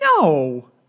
No